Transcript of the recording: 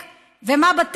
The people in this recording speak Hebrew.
מה,